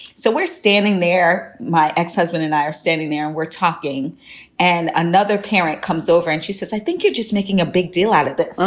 so we're standing there. my ex-husband and i are standing there and we're talking and another parent comes over and she says, i think you're just making a big deal out of this like,